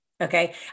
Okay